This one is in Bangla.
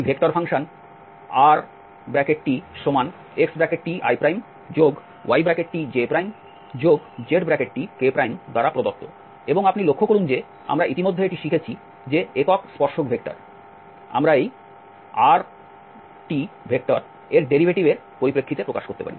সুতরাং ধরুন এই বক্ররেখা C এই ভেক্টর ফাংশন rtxtiytjztk দ্বারা প্রদত্ত এবং আপনি লক্ষ্য করুন যে আমরা ইতিমধ্যে এটি শিখেছি যে একক স্পর্শক ভেক্টর আমরা এই rtএর ডেরিভেটিভের পরিপ্রেক্ষিতে প্রকাশ করতে পারি